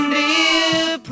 Dear